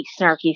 snarky